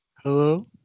Hello